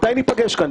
מתי ניפגש כאן?